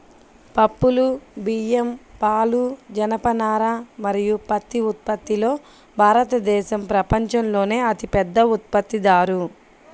పప్పులు, బియ్యం, పాలు, జనపనార మరియు పత్తి ఉత్పత్తిలో భారతదేశం ప్రపంచంలోనే అతిపెద్ద ఉత్పత్తిదారు